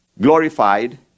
glorified